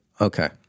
Okay